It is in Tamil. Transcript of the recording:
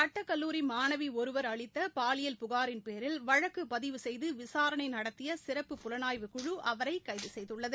சட்டக்கல்லூரி மாணவி ஒருவா் அளித்த பாலியல் புகாரின் பேரில் வழக்கு பதிவு செய்து விசாரணை நடத்திய சிறப்பு புலனாய்வுக்குழு அவரை கைது செய்துள்ளது